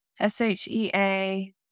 S-H-E-A